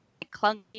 clunky